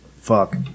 Fuck